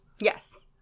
Yes